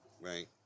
right